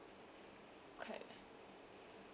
correct